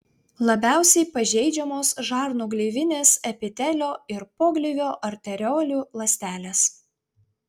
labiausiai pažeidžiamos žarnų gleivinės epitelio ir pogleivio arteriolių ląstelės